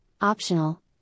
Optional